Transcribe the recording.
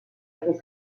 été